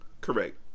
Correct